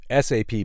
SAP